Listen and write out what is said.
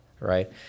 right